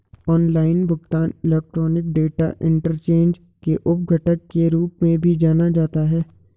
online भुगतान electronic data interchange के उप घटक के रूप में भी जाना जाता है